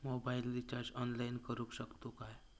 Mobile recharge online करुक शकतू काय?